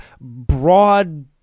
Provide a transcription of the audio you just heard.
broad